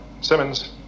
Simmons